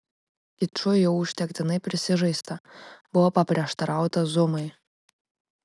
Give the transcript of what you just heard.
kiču jau užtektinai prisižaista buvo paprieštarauta zumai